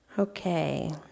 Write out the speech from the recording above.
Okay